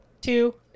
Two